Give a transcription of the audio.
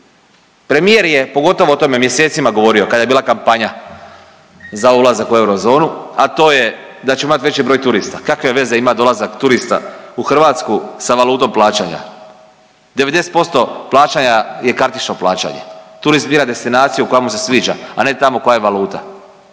Premijer je pogotovo o tome mjesecima govorio kada je bila kampanja za ulazak u eurozonu, a to je da ćemo imati veći broj turista. Kakve veze ima dolazak turista u Hrvatsku sa valutom plaćanja. 90% plaćanja je kartično plaćanje. Turist bira destinaciju koja mu se sviđa, a ne tamo koja je valuta.